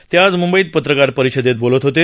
ते आज मुंबईत पत्रकार परिषदेत बोलत होते